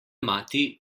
mati